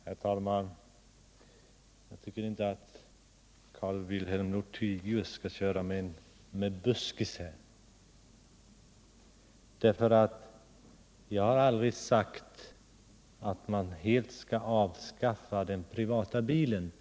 Herr talman! Jag tycker inte att Carl-Wilhelm Lothigius skall köra med buskis här. Jag har aldrig sagt att man helt skall avskaffa den privata bilen.